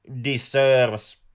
deserves